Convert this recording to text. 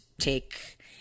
take